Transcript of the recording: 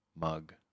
mug